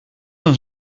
een